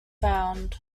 found